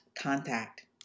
contact